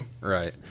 Right